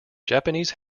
japanese